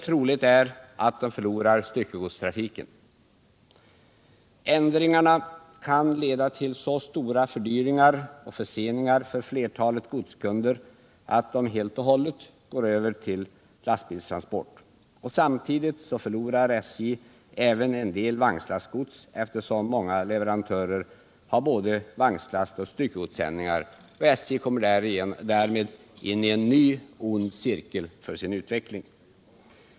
Troligare är att SJ förlorar styckegodstrafiken. Ändringarna kan leda till så stora fördyringar och förseningar för flertalet godskunder att de helt och hållet går över till lastbilstransport. Samtidigt förlorar SJ även en del vagnslastgods, eftersom många leverantörer har både vagnslastoch styckegodssändningar. SJ kommer därigenom in i en ny ond cirkel för sin utveckling.